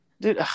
Dude